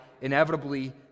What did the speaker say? inevitably